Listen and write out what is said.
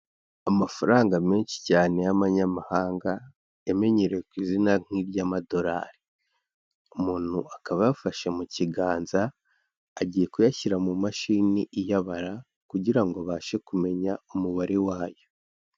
Amafaranga menshi cyane y'amanyamahanga, yamenyerewe ku izina nk'iry'amadolari, umuntu akaba ayafashe mu kiganza, agiye kuyashyira mu mashini iyabara kugira ngo abashe kumenya umubare wayo.